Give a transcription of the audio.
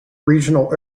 regional